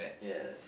yes